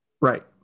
Right